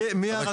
מהרשות המקומית.